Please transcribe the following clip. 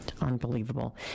Unbelievable